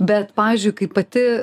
bet pavyzdžiui kai pati